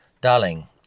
Darling